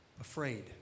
afraid